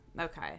okay